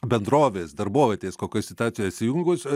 bendrovės darbovietės kokioj situacijoj įsijungus